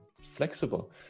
flexible